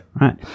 right